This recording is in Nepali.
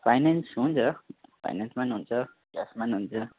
फाइनेन्स हुन्छ फाइनेन्समा नि हुन्छ क्यासमा नि हुन्छ